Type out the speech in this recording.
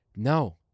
No